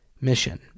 mission